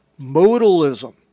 modalism